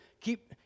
keep